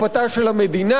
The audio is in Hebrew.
ובכסף הזה,